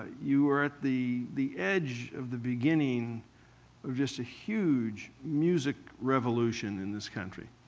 you were at the the edge of the beginning of just a huge music revolution in this country.